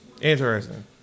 Interesting